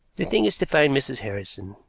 the thing is to find mrs. harrison,